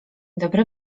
dobry